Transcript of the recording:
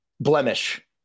blemish